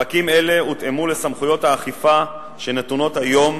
פרקים אלה הותאמו לסמכויות האכיפה שנתונות היום